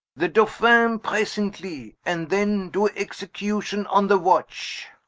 the dolphin, presently, and then doe execution on the watch.